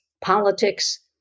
politics